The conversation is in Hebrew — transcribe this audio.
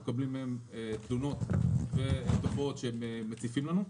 אנחנו מקבלים מהם תלונות ותופעות שהם מציפים לנו.